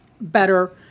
better